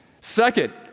Second